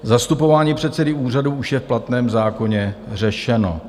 Zastupování předsedy úřadu už je v platném zákoně řešeno.